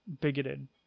bigoted